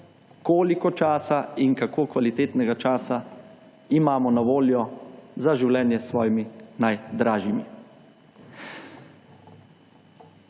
koliko časa in kako kvalitetnega časa imamo na voljo za življenje s svojimi najdražjimi.